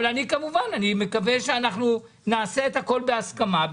כמובן שאני מקווה שנעשה את הכול בהסכמה,